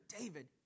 David